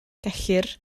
gellir